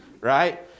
right